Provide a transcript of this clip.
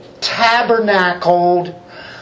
tabernacled